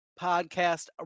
podcast